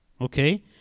okay